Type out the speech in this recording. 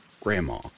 grandma